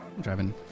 Driving